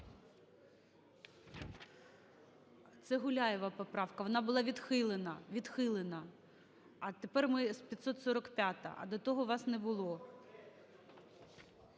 Це Гуляєва поправка, вона була відхилена, відхилена, а тепер ми 545-а, а до того вас не було.